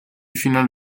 finales